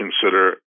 consider